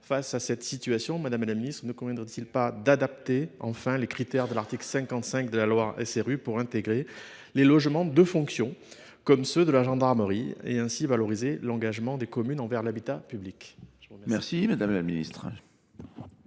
Face à cette situation, madame la ministre, ne conviendrait il pas d’adapter enfin les critères de l’article 55 de la loi SRU pour y intégrer les logements de fonction, comme ceux de la gendarmerie, et ainsi valoriser l’engagement des communes en matière d’habitat public ? La parole est